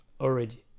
already